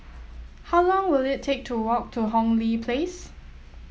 how long will it take to walk to Hong Lee Place